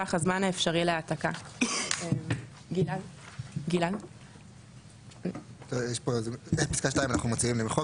טווח הזמן האפשרי להעתקה); אנחנו מציעים למחוק את פסקה (2),